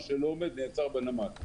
מה שלא עומד, נעצר בנמל.